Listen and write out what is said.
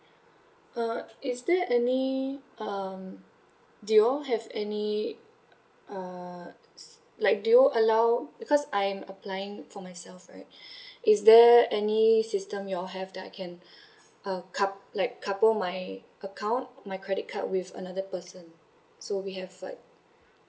uh is there any um do you all have any uh like do you allow because I am applying for myself right is there any system you all have that I can uh coup~ like couple my account my credit card with another person so we have like